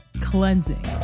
cleansing